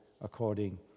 according